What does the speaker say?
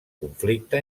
conflicte